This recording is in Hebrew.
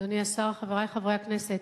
אדוני השר, חברי חברי הכנסת,